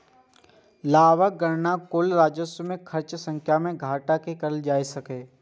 लाभक गणना कुल राजस्व मे सं खर्च कें घटा कें कैल जाइ छै